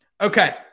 Okay